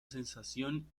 sensación